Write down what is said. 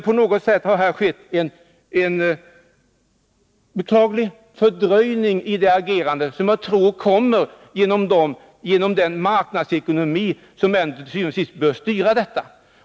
På något sätt har det uppstått en beklaglig fördröjning i agerandet som jag tror beror på den marknadsekonomi som ändå till sist bör styra det hela.